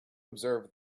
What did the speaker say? observe